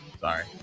Sorry